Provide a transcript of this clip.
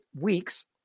weeks